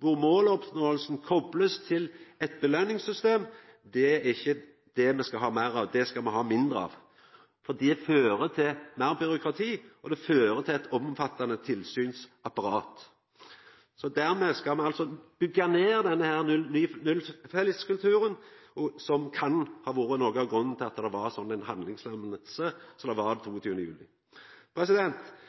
kor måloppnåinga blir kopla til eit påskjøningssystem – det er ikkje det me skal ha meir av, det skal me ha mindre av, for det fører til meir byråkrati og eit omfattande tilsynsapparat. Me skal byggja ned denne nullfeilskulturen som kan ha vore noko av grunnen til at det var sånn ei handlingslamming som det var den 22. juli.